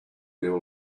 there